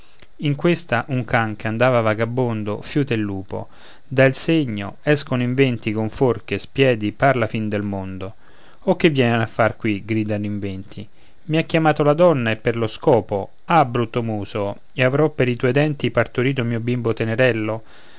in questa un can che andava vagabondo fiuta il lupo dà il segno escono in venti con forche spiedi par la fin del mondo o che vieni a far qui gridano in venti i ha chiamato la donna e per lo scopo ah brutto muso e avrò per i tuoi denti partorito il mio bimbo tenerello